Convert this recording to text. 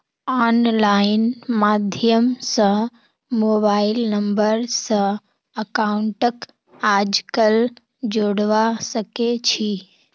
online माध्यम स mobile number स अकाउंटक आजकल जोडवा सके छी